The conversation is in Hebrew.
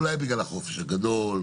אולי בגלל החופש הגדול,